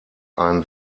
ein